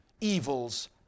Evils